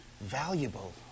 valuable